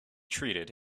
treated